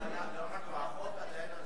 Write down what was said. דרך אגב, החוק עדיין על